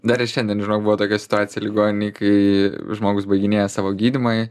dar ir šiandien žinok buvo tokia situacija ligoninėj kai žmogus baiginėja savo gydymą